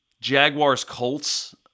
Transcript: Jaguars-Colts